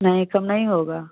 नहीं कम नहीं होगा